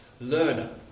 Learner